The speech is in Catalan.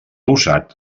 usat